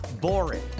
boring